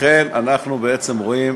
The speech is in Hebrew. לכן אנחנו בעצם רואים